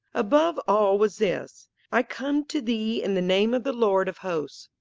above all was this i come to thee in the name of the lord of hosts.